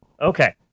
Okay